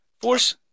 force